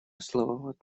слабоват